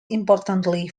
importantly